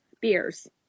beers